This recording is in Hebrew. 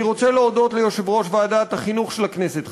אני רוצה להודות ליושב-ראש ועדת החינוך של הכנסת,